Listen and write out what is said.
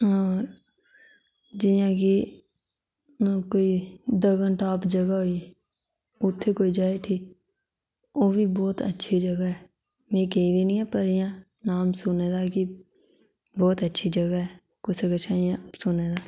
जि'यां कि कोई दग्गनटॉप जगह होई उत्थै कोई जा उठी ओह्बी बहुत अच्छी जगह ऐ में गेदी निं ऐ पर इं'या नाम सुने दा कि बहुत अच्छी जगह ऐ कुसै कोला इं'या सुने दा